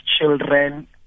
children